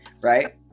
right